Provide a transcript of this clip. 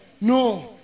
no